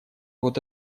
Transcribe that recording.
вот